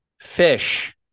Fish